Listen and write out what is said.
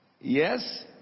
Yes